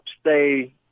stay